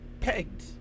pegged